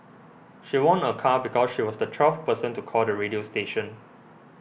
she won a car because she was the twelfth person to call the radio station